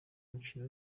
mukino